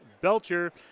Belcher